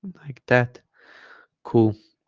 like that cool